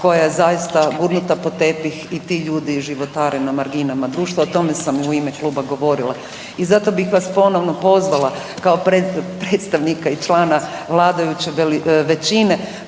koja je zaista gurnuta pod tepih i ti ljudi životare na marginama društva. O tome sam u ime kluba govorila i zato bih vas ponovo pozvala kao predstavnika i člana vladajuće većine